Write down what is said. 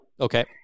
Okay